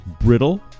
brittle